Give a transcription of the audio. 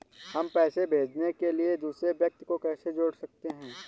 हम पैसे भेजने के लिए दूसरे व्यक्ति को कैसे जोड़ सकते हैं?